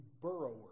burrower